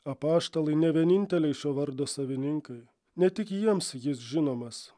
apaštalai ne vieninteliai šio vardo savininkai ne tik jiems jis žinomas